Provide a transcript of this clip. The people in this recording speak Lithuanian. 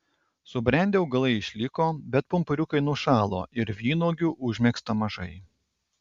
subrendę augalai išliko bet pumpuriukai nušalo ir vynuogių užmegzta mažai